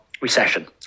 recession